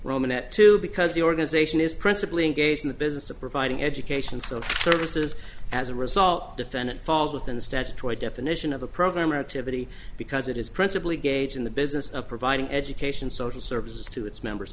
roman at two because the organization is principally engaged in the business of providing education for services as a result defendant falls within the statutory definition of a program or to vittie because it is principally gage in the business of providing education social services to its members